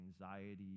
anxiety